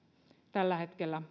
tällä hetkellä